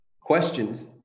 questions